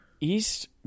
East